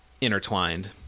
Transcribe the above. intertwined